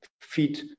feed